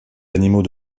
animaux